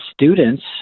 students